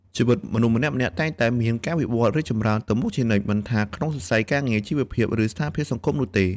ជីវិតមនុស្សម្នាក់ៗតែងតែមានការវិវត្តន៍រីកចម្រើនទៅមុខជានិច្ច មិនថាក្នុងវិស័យការងារ ជីវភាព ឬស្ថានភាពសង្គមនោះទេ។